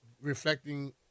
reflecting